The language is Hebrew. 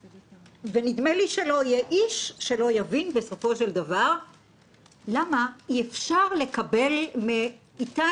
נדמה לי שלא יהיה איש שלא יבין בסופו של דבר למה אי אפשר לקבל מאתנו,